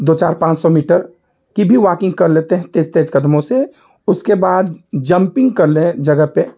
दो चार पाँच सौ मीटर की भी वॉकिंग कर लेते हैं तेज़ तेज़ कदमों से उसके बाद जंपिंग कर लें जगह पर